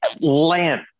land